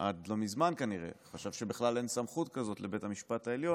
עד לא מזמן כנראה חשב שאין בכלל סמכות כזאת לבית המשפט העליון,